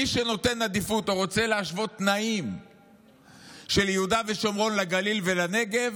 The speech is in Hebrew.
מי שנותן עדיפות או רוצה להשוות תנאים של יהודה ושומרון לגליל ולנגב,